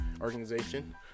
organization